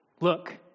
look